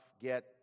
get